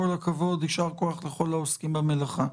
כל הכבוד יישר כוח לכל העוסקים במלאכה.